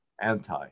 anti